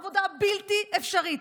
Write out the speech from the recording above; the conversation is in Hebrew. עבודה בלתי אפשרית,